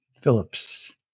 Phillips